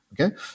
Okay